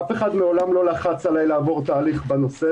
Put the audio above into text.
אף אחד מעולם לא לחץ עליי לעבור תהליך בנושא,